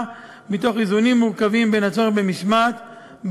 מתוך איזונים מורכבים בין הצורך במשמעת,